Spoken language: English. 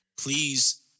Please